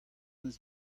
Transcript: eus